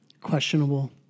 questionable